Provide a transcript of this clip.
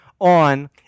on